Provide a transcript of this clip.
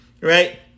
right